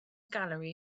gallery